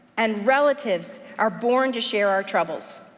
and relatives are born to share our troubles.